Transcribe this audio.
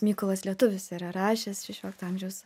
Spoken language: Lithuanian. mykolas lietuvis yra rašęs šešiolikto amžiaus